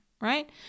right